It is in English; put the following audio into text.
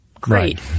Great